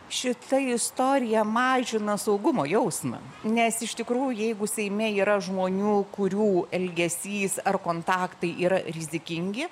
šita istorija mažina saugumo jausmą nes iš tikrųjų jeigu seime yra žmonių kurių elgesys ar kontaktai yra rizikingi